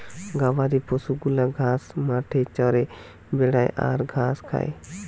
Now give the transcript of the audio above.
গবাদি পশু গুলা ঘাস মাঠে চরে বেড়ায় আর ঘাস খায়